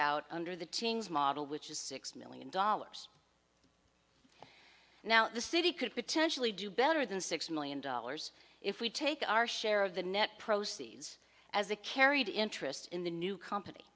out under the teens model which is six million dollars now the city could potentially do better than six million dollars if we take our share of the net proceeds as a carried interest in the new company